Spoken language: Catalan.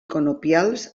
conopials